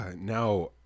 Now